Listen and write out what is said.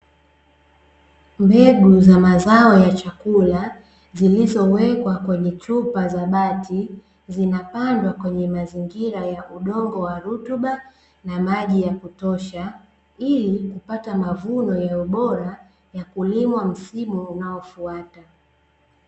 Mbegu za mazao ya chakula zilizowekwa kwenye chupa za bati, zinapandwa kwenye mazingira ya udongo wa rutuba na maji ya kutosha, ili kupata mavuno ya ubora ya kulimwa msimu unaofuata.